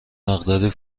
مقداری